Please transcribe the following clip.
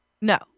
No